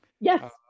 Yes